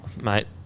Mate